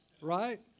right